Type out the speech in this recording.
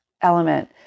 element